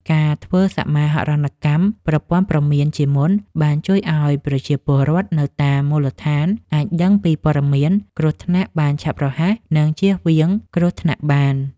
ការធ្វើសមាហរណកម្មប្រព័ន្ធព្រមានជាមុនបានជួយឱ្យប្រជាពលរដ្ឋនៅតាមមូលដ្ឋាន អាចដឹងពីព័ត៌មានគ្រោះថ្នាក់បានឆាប់រហ័ស និងជៀសវាងគ្រោះថ្នាក់បាន។